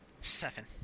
Seven